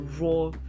raw